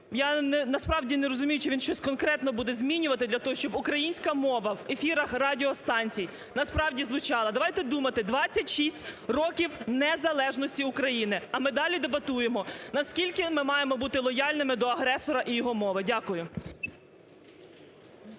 Я насправді не розумію, чи він щось конкретно буде змінювати для того, щоб українська мова в ефірах радіостанцій насправді звучала. Давайте думати, 26 років незалежності України, а ми далі дебатуємо, наскільки ми маємо бути лояльними до агресора і його мови. Дякую.